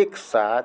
एक साथ